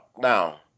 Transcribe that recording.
Now